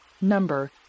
Number